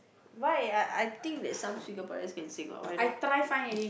why I I think that some Singaporeans can sing what why not